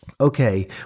okay